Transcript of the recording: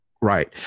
Right